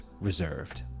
reserved